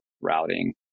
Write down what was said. routing